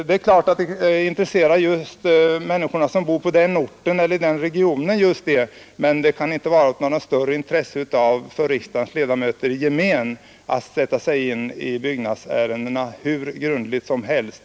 Det är klart att saken intresserar just människorna som bor i orten eller regionen i fråga, men det kan inte vara av något större intresse för riksdagens ledamöter i gemen att sätta sig in i byggnadsärendena hur grundligt som helst.